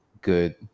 good